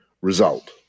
result